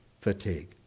fatigue